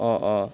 অঁ অঁ